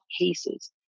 cases